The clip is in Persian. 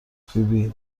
فیبی